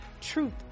Truth